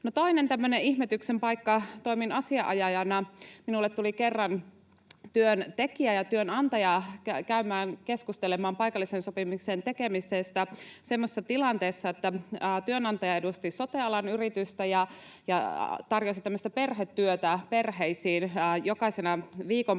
tämmöinen ihmetyksen paikka: Toimin asianajajana, ja minulle tulivat kerran työntekijä ja työnantaja keskustelemaan paikallisen sopimuksen tekemisestä semmoisessa tilanteessa, että työnantaja edusti sote-alan yritystä ja tarjosi tämmöistä perhetyötä perheisiin jokaisena viikonpäivänä